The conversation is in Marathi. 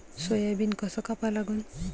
सोयाबीन कस कापा लागन?